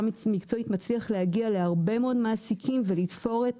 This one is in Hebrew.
מקצועית מצליח להגיע להרבה מאוד מעסיקים ולתפור את